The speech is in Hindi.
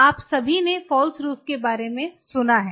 आप सभी ने फालस रूफ के बारे में सुना है